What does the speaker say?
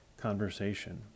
conversation